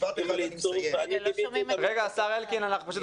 ומשאבי מים זאב אלקין: חבר הכנסת כסיף,